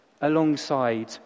alongside